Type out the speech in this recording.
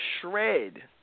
shred